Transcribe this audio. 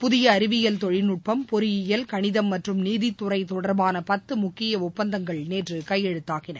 புதிய அறிவியல் தொழில்நுட்பம் பொறியியல் கணிதம் மற்றும் நீதித்துறை தொடர்பான பத்து முக்கிய ஒப்பந்தங்கள் நேற்று கையெழுத்தாகின